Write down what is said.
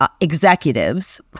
executives